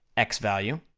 x value,